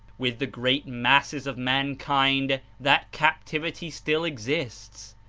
with the great masses of mankind that captivity still exists,